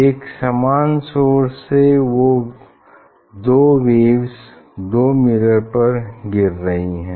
एक समान सोर्स से दो वेव्स दो मिरर पर गिर रही हैं